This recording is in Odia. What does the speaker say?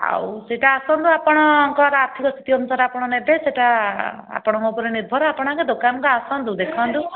ଆଉ ସେଇଟା ଆସନ୍ତୁ ଆପଣଙ୍କର ଆର୍ଥିକ ସ୍ତିତି ଅନୁସାରେ ଆପଣ ନେବେ ସେଇଟା ଆପଣଙ୍କ ଉପରେ ସେଇଟା ନିର୍ଭର ଆପଣ ଆଗେ ଦୋକାନକୁ ଆସନ୍ତୁ ଦେଖନ୍ତୁ